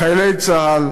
לחיילי צה"ל,